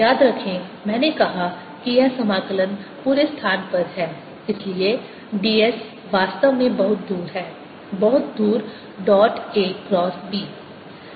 याद रखें मैंने कहा कि यह समाकलन पूरे स्थान पर है इसलिए ds वास्तव में बहुत दूर है बहुत दूर डॉट A क्रॉस B